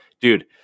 dude